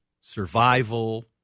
survival